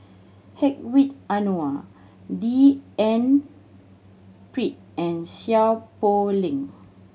Hedwig Anuar D N Pritt and Seow Poh Leng